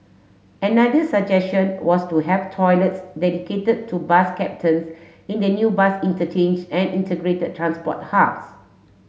another suggestion was to have toilets dedicated to bus captains in the new bus interchange and integrated transport hubs